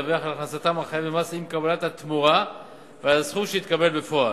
לדווח על הכנסתם החייבת במס עם קבלת התמורה ועל הסכום שהתקבל בפועל.